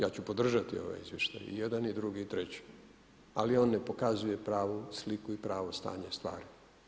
Ja ću podržati ovaj izvještaj, i jedan i drugi i treći ali on ne pokazuje pravu sliku i pravo stanje stvari.